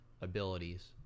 abilities